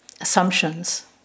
assumptions